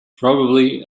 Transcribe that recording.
probably